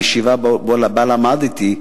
מהישיבה שבה למדתי,